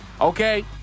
okay